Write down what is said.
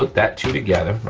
that two together, right,